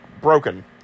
broken